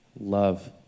love